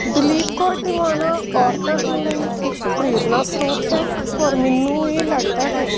ਦਲੀਪ ਕੌਰ ਟਿਵਾਣਾ ਔਰਤਾਂ ਦੇ ਲਈ ਇੱਕ ਪ੍ਰੇਰਨਾ ਸਰੋਤ ਹੈ ਔਰ ਮੈਨੂੰ ਇਹ ਲੱਗਦਾ ਹੈ